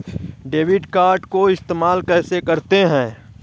Debit card को इस्तेमाल कैसे करते हैं?